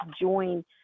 join